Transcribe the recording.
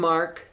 Mark